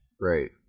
Right